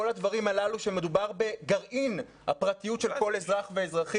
כל הדברים הללו כשמדובר בגרעין הפרטיות של כל אזרח ואזרחית.